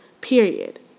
period